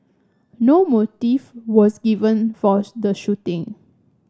no motive was given for the shooting